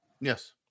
Yes